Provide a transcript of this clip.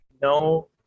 no